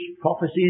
prophecies